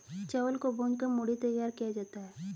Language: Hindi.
चावल को भूंज कर मूढ़ी तैयार किया जाता है